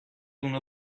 اونو